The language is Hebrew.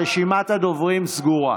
רשימת הדוברים סגורה.